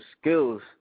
skills